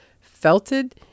felted